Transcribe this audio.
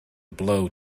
blow